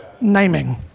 naming